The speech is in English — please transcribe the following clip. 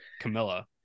Camilla